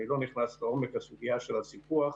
אני לא נכנס לעומק הסוגיה של הסיפוח.